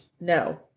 No